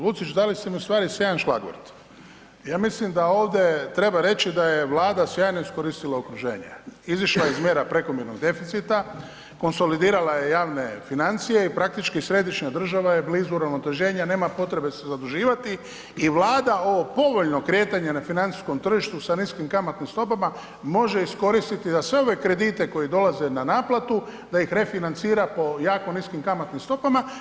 Lucić dali ste mi u stvari ... Ja mislim da ovdje treba reći da je Vlada sjajno iskoristila okruženje, izišla je iz mjera prekomjernog deficita, konsolidirala je javne financije i praktički središnja država je blizu uravnoteženja, nema potrebe se zaduživati i Vlada ovo povoljno kretanje na financijskom tržištu sa niskim kamatnim stopama može iskoristiti za sve ove kredite koji dolaze na naplatu da ih refinancira po jako niskim kamatnim stopama.